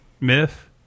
myth